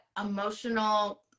emotional